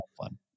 fun